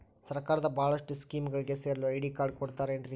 ಸರ್ಕಾರದ ಬಹಳಷ್ಟು ಸ್ಕೇಮುಗಳಿಗೆ ಸೇರಲು ಐ.ಡಿ ಕಾರ್ಡ್ ಕೊಡುತ್ತಾರೇನ್ರಿ?